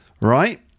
Right